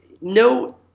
no